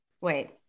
Wait